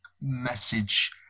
message